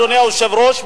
אדוני היושב-ראש,